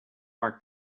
mark